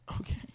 okay